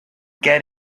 get